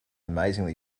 amazingly